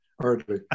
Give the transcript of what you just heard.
Hardly